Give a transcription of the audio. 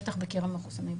בטח בקרב מחוסני הבוסטר.